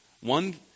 One